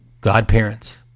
godparents